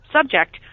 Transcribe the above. subject